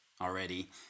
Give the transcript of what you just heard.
already